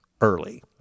early